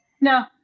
No